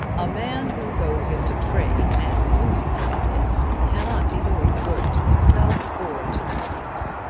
a man who goes into trade and loses by it, cannot be doing good to himself or to others.